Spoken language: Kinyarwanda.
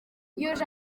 yuje